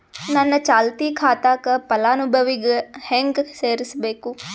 ನನ್ನ ಚಾಲತಿ ಖಾತಾಕ ಫಲಾನುಭವಿಗ ಹೆಂಗ್ ಸೇರಸಬೇಕು?